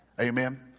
Amen